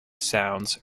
sounds